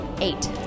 Eight